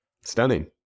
Stunning